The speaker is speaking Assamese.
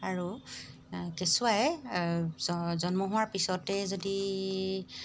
আৰু কেঁচুৱাই জন্ম হোৱাৰ পিছতে যদি